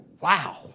wow